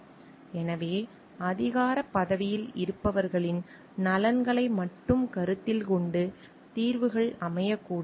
எனவே அதிகாரப் பதவியில் இருப்பவர்களின் நலன்களை மட்டும் கருத்தில் கொண்டு தீர்வுகள் அமையக்கூடாது